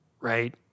Right